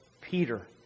Peter